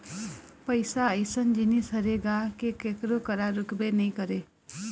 पइसा अइसन जिनिस हरे गा के कखरो करा रुकबे नइ करय